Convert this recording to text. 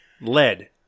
Lead